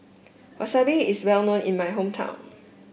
wasabi is well known in my hometown